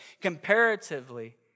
comparatively